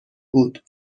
بود